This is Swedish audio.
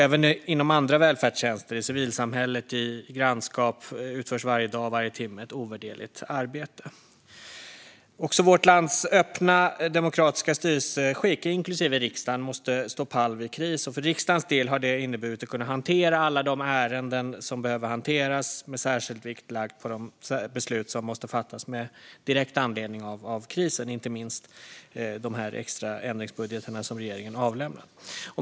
Även inom andra välfärdstjänster, i civilsamhället och i grannskap utförs varje dag och varje timme ett ovärderligt arbete. Också vårt lands öppna och demokratiska styrelseskick, inklusive riksdagen, måste stå pall vid kris. För riksdagens del har det inneburit att kunna hantera alla de ärenden som behöver hanteras med särskild vikt lagd på de beslut som måste fattas med direkt anledning av krisen, inte minst de extra ändringsbudgetar som regeringen avlämnat.